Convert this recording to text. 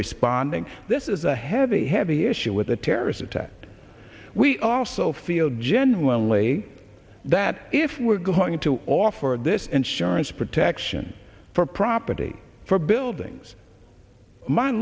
responding this is a heavy heavy issue with a terrorist attack but we also feel genuinely that if we're going to offer of this insurance protection for property for buildings my